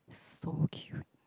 so cute